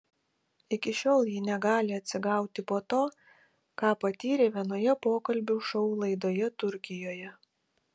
iki šiol ji negali atsigauti po to ką patyrė vienoje pokalbių šou laidoje turkijoje